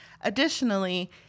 Additionally